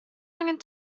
angen